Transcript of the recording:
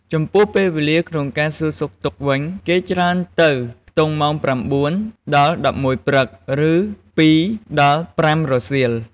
ចំពោះពេលវេលាក្នុងការសួរសុខទុក្ខវិញ គេច្រើនតែទៅខ្ទង់ម៉ោង៩ ដល់ ១១ព្រឹក ឬ ២ ដល់ ៥ រសៀល។